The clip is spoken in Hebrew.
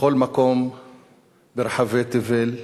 בכל מקום ברחבי תבל,